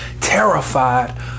terrified